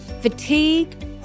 fatigue